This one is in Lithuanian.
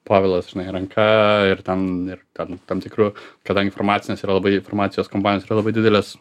povilas žinai ranka ir ten ir ten tam tikru kadangi farmacinės yra labai farmacijos kompanijos yra labai dideles